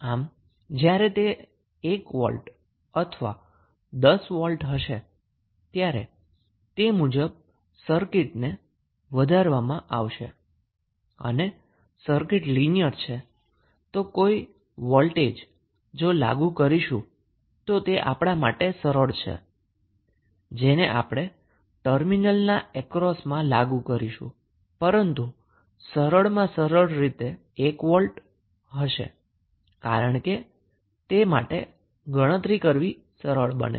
આમ તે 1 વોલ્ટ અથવા 10 વોલ્ટ હશે ત્યારે તે મુજબ સર્કિટનો રિસ્પોંસ વધારવામાં આવશે અને સર્કિટ લિનીયર હોવાથી આપણા માટે કોઈપણ વોલ્ટેજ લાગુ કરવો સરળ છે જેને આપણે ટર્મિનલ ના અક્રોસમાં લાગુ કરવા ઇચ્છીએ છિએ પરંતુ સરળ માં સરળ 1 વોલ્ટ છે કારણ કે તે ગણતરી કરવી સરળ બનાવે છે